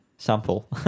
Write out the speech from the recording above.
Sample